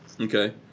Okay